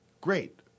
Great